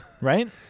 Right